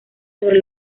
sobre